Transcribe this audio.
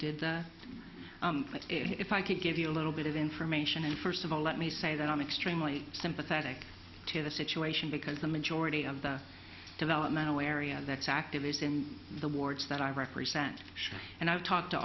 did if i could give you a little bit of information and first of all let me say that i'm extremely sympathetic to the situation because the majority of the developmental area that's activists in the wards that i represent and i've talked to